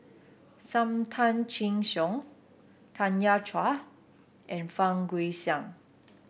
Sam Tan Chin Siong Tanya Chua and Fang Guixiang